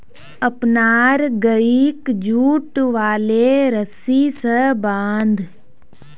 अपनार गइक जुट वाले रस्सी स बांध